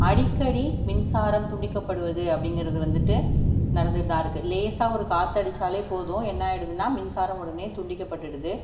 அடிக்கடி மின்சாரம் துண்டிக்கப்படுவது அப்படிங்கிறது வந்துவிட்டு நடந்துக்கிட்டு தான் இருக்கு லேசாக ஒரு காற்றடிச்சாலே போதும் என்ன ஆகிடுதுனா மின்சாரம் உடனே துண்டிக்கப்பட்டுடுது